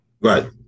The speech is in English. Right